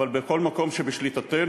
אבל בכל מקום שבשליטתנו,